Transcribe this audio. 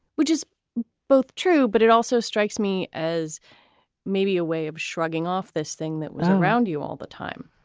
which is both true. but it also strikes me as maybe a way of shrugging off this thing that was around you all the time